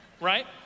right